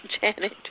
Janet